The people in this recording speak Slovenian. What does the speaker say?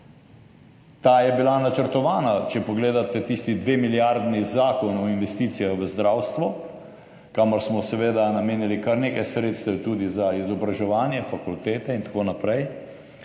Ta je bila načrtovana. Če pogledate tisti dvemilijardni zakon o investicijah v zdravstvo, kamor smo seveda namenili kar nekaj sredstev tudi za izobraževanje, fakultete in tako naprej.